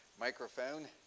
microphone